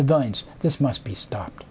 civilians this must be sto